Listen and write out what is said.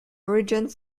regent